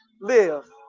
live